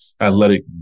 athletic